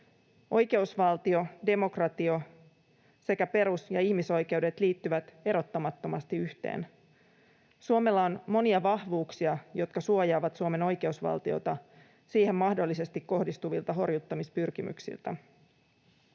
Oikeusvaltio, demokratia sekä perus- ja ihmisoikeudet liittyvät erottamattomasti yhteen. Suomella on monia vahvuuksia, jotka suojaavat Suomen oikeusvaltiota siihen mahdollisesti kohdistuvilta horjuttamispyrkimyksiltä.